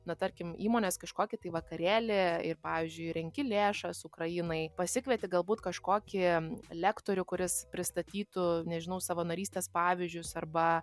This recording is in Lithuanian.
na tarkim įmonės kažkokį tai vakarėlį ir pavyzdžiui renki lėšas ukrainai pasikvieti galbūt kažkokį lektorių kuris pristatytų nežinau savanorystės pavyzdžius arba